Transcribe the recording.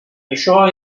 això